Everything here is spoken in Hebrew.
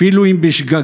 אפילו אם בשגגה,